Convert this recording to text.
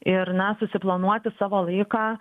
ir na susiplanuoti savo laiką